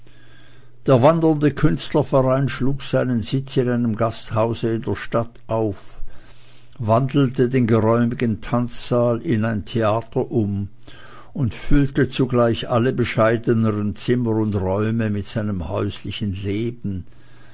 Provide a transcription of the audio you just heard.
der wandernde künstlerverein schlug seinen sitz in einem gasthause der stadt auf wandelte den geräumigen tanzsaal in ein theater um und füllte zugleich alle bescheideneren zimmer und räume mit seinem häuslichen leben